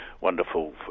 wonderful